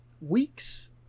Weeks